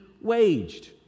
waged